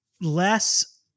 less